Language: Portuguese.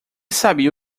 sabia